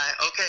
okay